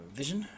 vision